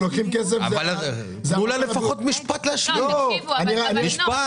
תנו לה לפחות להשלים משפט.